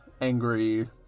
angry